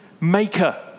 maker